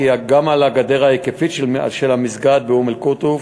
גם על הגדר ההיקפית של המסגד באום-אלקוטוף,